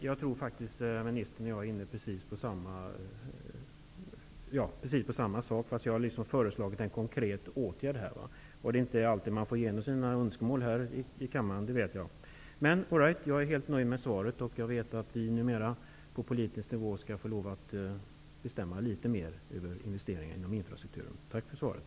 Herr talman! Jag tror att ministern och jag är inne på precis samma sak. Skillnaden är att jag har föreslagit en konkret åtgärd. Men det är inte alltid man får igenom sina önskemål här i kammaren. Det vet jag. Jag är dock helt nöjd med svaret. Jag vet att vi numera på politisk nivå skall få lov att bestämma litet mera över investeringar i infrastrukturen. Tack för svaret.